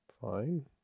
Fine